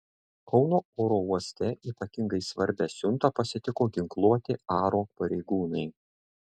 kauno oro uoste ypatingai svarbią siuntą pasitiko ginkluoti aro pareigūnai